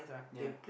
yea